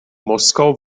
moskau